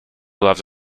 loves